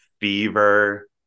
fever